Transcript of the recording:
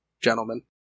gentlemen